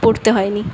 পরতে হয়নি